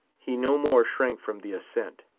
he no more shrank from the ascent.